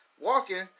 walking